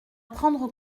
prendre